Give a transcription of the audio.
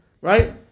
right